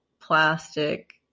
plastic